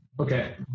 Okay